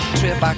trip